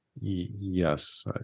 Yes